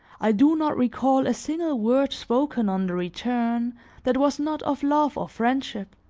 i do not recall a single word spoken on the return that was not of love or friendship.